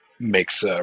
makes